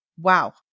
Wow